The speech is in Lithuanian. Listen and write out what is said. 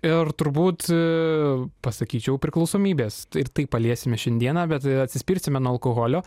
ir turbūt pasakyčiau priklausomybės tai ir tai paliesime šiandieną bet atsispirsime nuo alkoholio